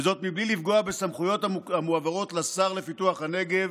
וזאת בלי לפגוע בסמכויות המועברות לשר לפיתוח הנגב,